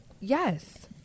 Yes